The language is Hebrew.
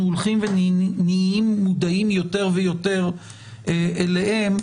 הולכים ונהיים מודעים יותר ויותר אליהם,